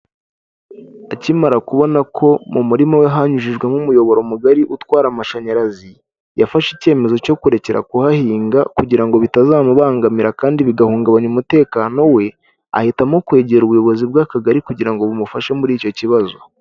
Akimara kubona ko mu murima we hanyujijwemo umuyoboro mugari utwara amashanyarazi, yafashe icyemezo cyo kurekera kuhahinga kugira bitazamubangamira kandi bigahungabanya umutekano we. Ahitamo kwegera ubuyobozi bw'Akagari kugira ngo bumufashe muri icyo kibazo.